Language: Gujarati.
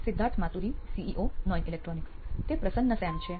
સિદ્ધાર્થ માતુરી સીઇઓ નોઇન ઇલેક્ટ્રોનિક્સ તે પ્રસન્ન સેમ છે